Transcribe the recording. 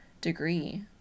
degree